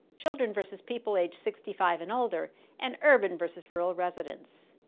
children versus people age sixty five and older and urban versus rural residents.